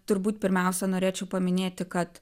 turbūt pirmiausia norėčiau paminėti kad